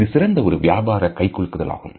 இது சிறந்த ஒரு வியாபார கைகுலுக்குதல் ஆகும்